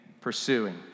pursuing